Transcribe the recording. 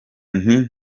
nti